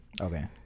okay